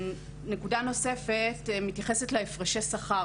נקודה נוספת מתייחסת להפרשי השכר,